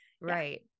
Right